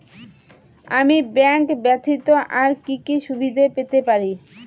আমি ব্যাংক ব্যথিত আর কি কি সুবিধে পেতে পারি?